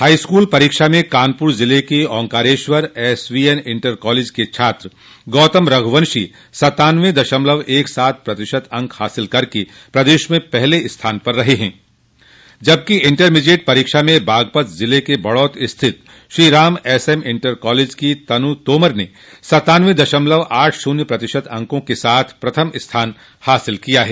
high school परीक्षा में कानपुर ज़िले के ओंकारेश्वर एसवोएन इंटर कॉलेज के छात्र गौतम रघुवंशी सत्तानवे दशमलव एक सात प्रतिशत अंक हासिल कर प्रदेश में पहले स्थान पर रहे हैं जबकि इंटरमीडिएट परीक्षा में बागपत जिले के बड़ौत स्थित श्रीराम एसएम इंटर कॉलेज की तनु तोमर ने सत्तानवे दशमलव आठ शून्य प्रतिशत अंकों के साथ प्रथम स्थान हासिल किया है